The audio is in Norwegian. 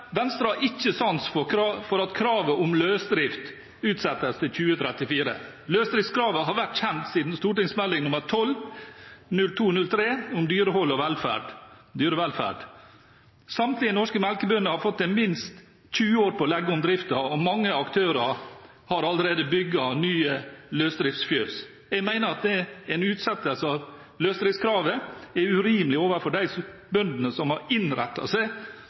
Venstre har ikke sans for at kravet om løsdrift utsettes til 2034. Løsdriftskravet har vært kjent siden St.meld. nr. 12 for 2002–2003 om dyrehold og dyrevelferd. Samtlige norske melkebønder har fått minst 20 år på å legge om driften, og mange aktører har allerede bygget nye løsdriftsfjøs. Jeg mener at en utsettelse av løsdriftskravet er urimelig overfor de bøndene som har innrettet seg